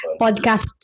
podcast